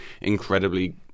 incredibly